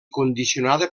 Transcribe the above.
condicionada